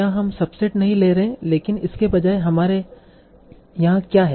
यहाँ हम सबसेट नहीं ले रहे हैं लेकिन इसके बजाय हमारे यहाँ क्या है